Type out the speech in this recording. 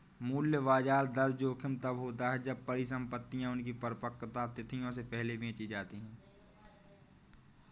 मूल्य ब्याज दर जोखिम तब होता है जब परिसंपतियाँ उनकी परिपक्वता तिथियों से पहले बेची जाती है